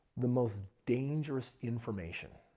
the most dangerous information